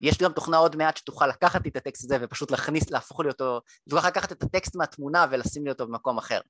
יש גם תוכנה עוד מעט שתוכל לקחת לי את הטקסט הזה ופשוט להכניס, להפוך לי אותו, תוכל לקחת את הטקסט מהתמונה ולשים לי אותו במקום אחר.